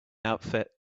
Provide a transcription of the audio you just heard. outfit